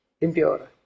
impure